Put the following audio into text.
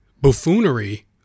Buffoonery